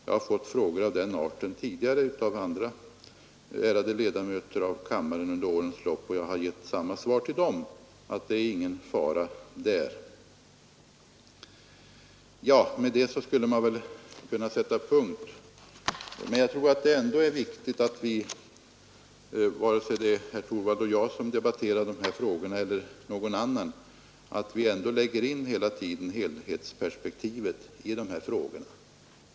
Jag har under årens lopp fått frågor av samma art av andra ärade ledamöter av riksdagen, och jag har gett samma svar till dem. Med detta skulle jag väl kunna sätta punkt. Jag tror emellertid att det är viktigt — vare sig det är herr Torwald och jag eller några andra som debatterar dessa frågor — att vi hela tiden har ett helhetsperspektiv på dessa frågor.